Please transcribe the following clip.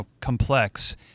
complex